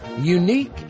Unique